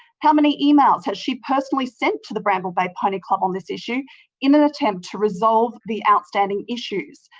how many emails has she personally sent to the bramble bay pony club on this issue in an attempt to resolve the outstanding issues?